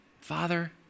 Father